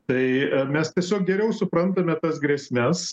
tai mes tiesiog geriau suprantame tas grėsmes